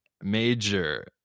major